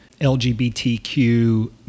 LGBTQ